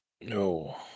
No